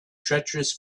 treacherous